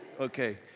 Okay